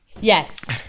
Yes